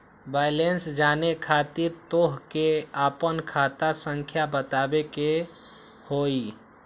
Balance जाने खातिर तोह के आपन खाता संख्या बतावे के होइ?